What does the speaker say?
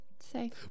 say